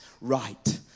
right